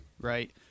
right